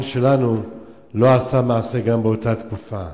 שלנו לא עשה מעשה גם באותה תקופה.